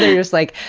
and just like,